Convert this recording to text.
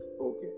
okay